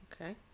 Okay